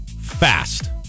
fast